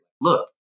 Look